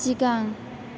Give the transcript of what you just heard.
सिगां